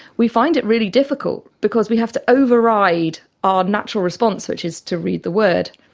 we find it really difficult because we have to override our natural response, which is to read the word.